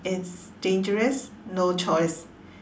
it's dangerous no choice